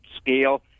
scale